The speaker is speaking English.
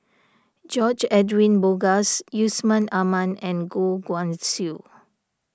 George Edwin Bogaars Yusman Aman and Goh Guan Siew